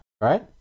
right